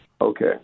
Okay